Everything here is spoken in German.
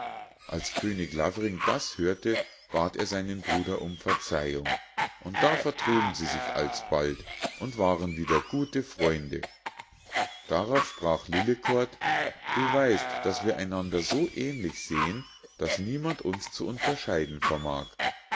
als könig lavring das hörte bat er seinen bruder um verzeihung und da vertrugen sie sich alsbald und waren wieder gute freunde darauf sprach lillekort du weißt daß wir einander so ähnlich sehen daß niemand uns zu unterscheiden vermag